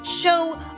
show